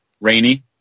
Rainy